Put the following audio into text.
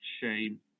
shame